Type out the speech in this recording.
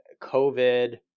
COVID